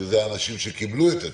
שאלה האנשים שקיבלו את הצ'קים.